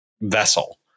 vessel